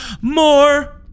more